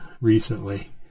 recently